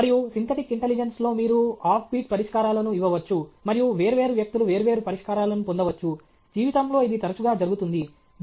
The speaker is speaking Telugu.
మరియు సింథటిక్ ఇంటెలిజెన్స్లో మీరు ఆఫ్బీట్ పరిష్కారాలను ఇవ్వవచ్చు మరియు వేర్వేరు వ్యక్తులు వేర్వేరు పరిష్కారాలను పొందవచ్చు జీవితంలో ఇది తరచుగా జరుగుతుంది